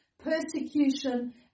persecution